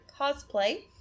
cosplay